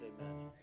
amen